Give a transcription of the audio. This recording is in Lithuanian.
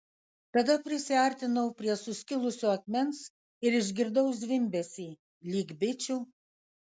tada prisiartinau prie suskilusio akmens ir išgirdau zvimbesį lyg bičių